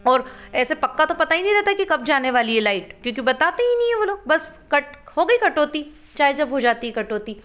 और ऐसे पक्का तो पता ही नहीं रहता की कब जाने वाली है लाइट क्योंकि बताते ही नहीं है वो लोग बस कट हो गई कटौती चाहे जब हो जाती है कटौती